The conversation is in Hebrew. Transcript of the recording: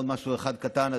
עוד משהו אחד קטן,